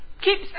keep